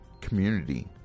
community